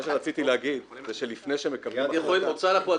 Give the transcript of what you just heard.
מה שרציתי להגיד זה שלפני שמקבלים החלטה --- הוצאה לפועל,